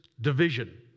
division